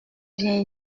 viens